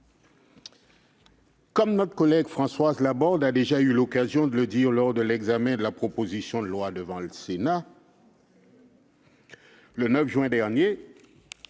Comme notre collègue Françoise Laborde a déjà eu l'occasion de le dire lors de l'examen de la proposition de loi devant le Sénat le 9 juin dernier,